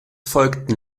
folgten